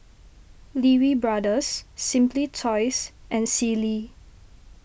Lee Wee Brothers Simply Toys and Sealy